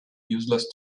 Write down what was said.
useless